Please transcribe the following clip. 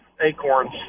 acorns